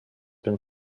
been